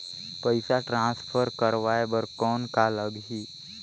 पइसा ट्रांसफर करवाय बर कौन का लगही?